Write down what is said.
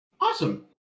Awesome